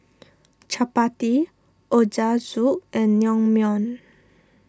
Chapati Ochazuke and Naengmyeon